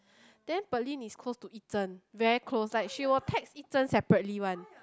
then Pearlyn is close to Yi-Zhen very close like she will text Yi-Zhen separately one